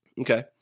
okay